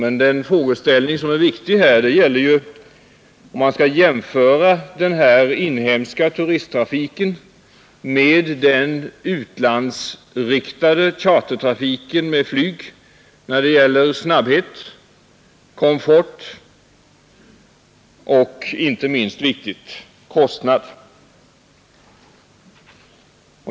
Men den frågeställning som är viktig gäller ju om den inhemska turisttrafiken kan hävda sig mot den utlandsriktade chartertrafiken med flyg när det gäller snabbhet, komfort och — inte minst viktigt — kostnad.